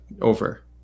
over